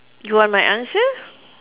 you want my answer